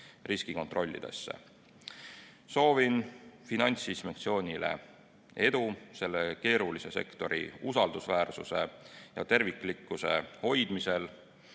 riskikontrollidesse. Soovin Finantsinspektsioonile edu selle keerulise sektori usaldusväärsuse ja terviklikkuse hoidmisel,